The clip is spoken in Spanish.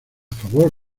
favor